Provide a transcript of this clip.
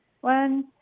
one